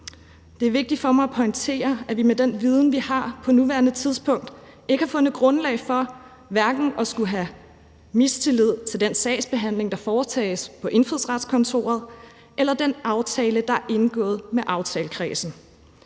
Det er vigtigt for mig at pointere, at vi med den viden, vi har på nuværende tidspunkt, ikke har fundet grundlag for hverken at skulle have mistillid til den sagsbehandling, der foretages på Indfødsretskontoret, eller til den aftale, der er indgået med aftalekredsen.